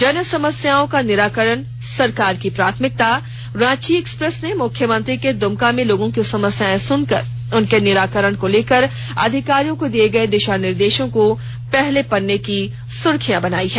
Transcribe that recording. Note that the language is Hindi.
जनसमस्याओं का निराकरण सरकार की प्राथमिकता रांची एक्सप्रेस ने मुख्यमंत्री के द्मका में लोगों की समस्याएं सुनकर उनके निराकरण को लेकर अधिकारियों को दिए दिशा निर्देशों को पहलें पन्ने की सुर्खियां बनायी है